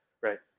Right